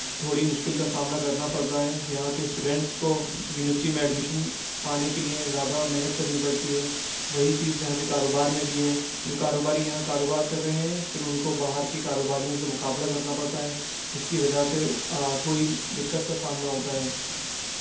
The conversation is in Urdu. تھوڑی مشکل کا سامنا کرنا پڑتا ہے یہاں کے اسٹوڈینٹس کو یونیورسٹی میں ایڈمیشن پانے کے لیے زیادہ محنت کرنی پڑتی ہے وہی چیز یہاں کے کاروبار میں بھی ہے جو کاروباری یہاں کاروبار کر رہے ہیں پھر ان کو باہر کے کاروباریوں سے مقابلہ کرنا پڑتا ہے جس کی وجہ سے تھوڑی دقت کا سامنا ہوتا ہے